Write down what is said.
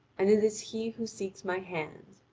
and it is he who seeks my hand.